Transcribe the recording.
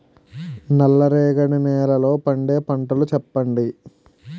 నల్ల రేగడి నెలలో పండే పంటలు చెప్పండి?